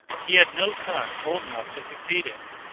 he had no son old enough to succeed him,